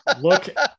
Look